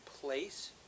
place